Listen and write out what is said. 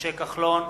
משה כחלון,